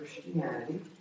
Christianity